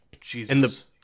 Jesus